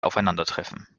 aufeinandertreffen